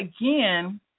again